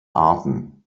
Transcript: arten